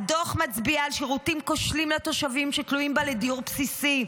הדוח מצביע על שירותים כושלים לתושבים שתלויים בה לדיור בסיסי.